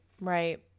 right